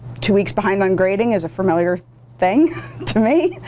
two weeks behind on grading is a familiar thing to me.